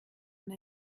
und